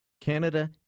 canada